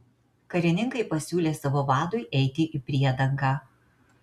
karininkai pasiūlė savo vadui eiti į priedangą